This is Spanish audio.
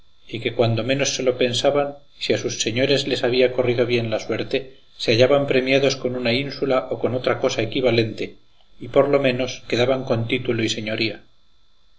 y que cuando menos se lo pensaban si a sus señores les había corrido bien la suerte se hallaban premiados con una ínsula o con otra cosa equivalente y por lo menos quedaban con título y señoría